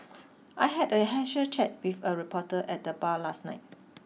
I had a casual chat with a reporter at the bar last night